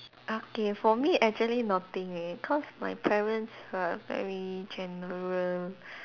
okay for me actually nothing leh cause my parents are very general